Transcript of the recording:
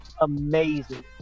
amazing